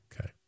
Okay